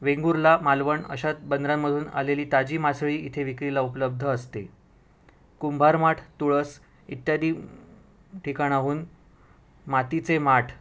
वेंगुर्ला मालवण अशा बंदरामधून आलेली ताजी मासळी इथे विक्रीला उपलब्ध असते कुंभारमाठ तुळस इत्यादी ठिकाणाहून मातीचे माठ